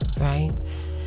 right